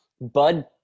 Bud